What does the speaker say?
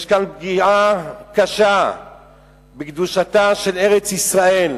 יש כאן פגיעה קשה בקדושתה של ארץ-ישראל,